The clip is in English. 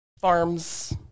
farms